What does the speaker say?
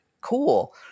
cool